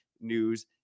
news